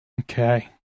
Okay